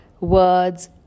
Words